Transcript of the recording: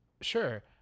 Sure